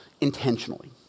intentionally